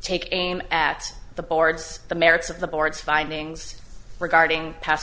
take aim at the boards the merits of the board's findings regarding past